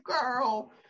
girl